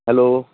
hello